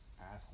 asshole